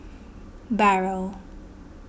Barrel